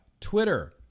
Twitter